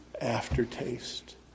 aftertaste